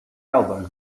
album